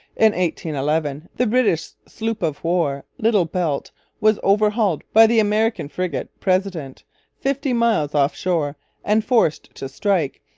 and eleven the british sloop-of-war little belt was overhauled by the american frigate president fifty miles off-shore and forced to strike,